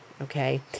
Okay